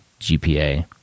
GPA